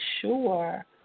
sure